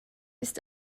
ist